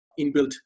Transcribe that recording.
inbuilt